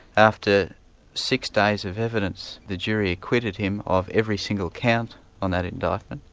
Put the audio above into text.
after six days of evidence the jury acquitted him of every single count on that indictment,